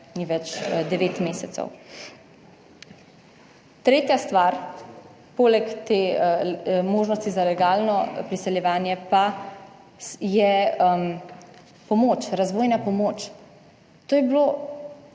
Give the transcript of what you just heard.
ni več devet mesecev. Tretja stvar poleg te možnosti za legalno priseljevanje pa je pomoč, razvojna pomoč. To je bilo